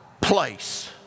place